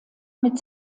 mit